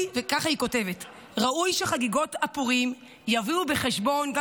ככה היא כותבת: ראוי שחגיגות הפורים יביאו בחשבון גם